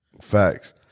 Facts